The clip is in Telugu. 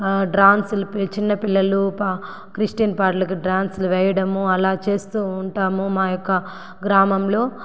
డాన్సులు పే చిన్నపిల్లలు పా క్రిస్టియన్ పాటలకి డాన్సులు వేయడము అలా చేస్తూ ఉంటాము మా యొక్క గ్రామంలో